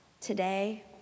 today